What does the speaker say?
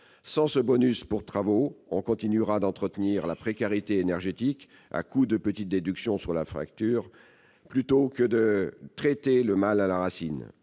Sans ce « bonus » pour travaux, on continuera d'entretenir la précarité énergétique à coups de petites déductions sur la facture, plutôt que de traiter le mal à la racine.